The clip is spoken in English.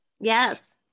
Yes